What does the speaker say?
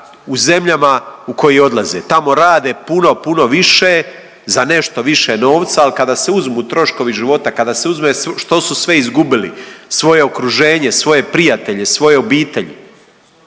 u zemljama u koje odlaze, tamo rade puno puno više za nešto više novca. Ali kada se uzmu troškovi života, kada se uzme što su sve izgulili svoje okruženje, svoje prijatelje, svoje obitelji.